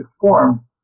form